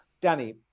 Danny